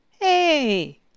hey